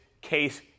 case